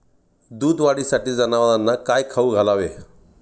दूध वाढीसाठी जनावरांना काय खाऊ घालावे?